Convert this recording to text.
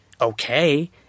okay